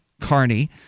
Carney